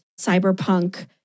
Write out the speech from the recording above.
cyberpunk